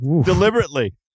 Deliberately